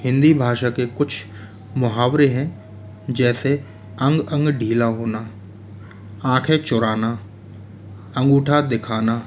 हिंदी भाषा के कुछ मुहावरे हैं जैसे अंग अंग ढीला होना आँखे चुराना अंगूठा दिखाना